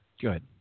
Good